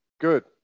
good